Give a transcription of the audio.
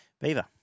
Beaver